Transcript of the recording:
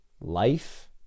Life